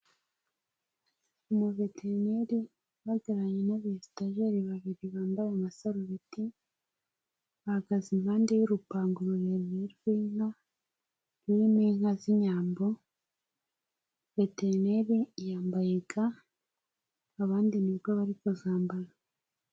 Umuveteneri uhagararanye n'abasitajeri babiri bambaye amasarobeti, bahagaze impande y'urupango rurerure rw'inka rurimo inka z'inyambo, veterineri yambaye ga abandi nibwo bari kuzambara.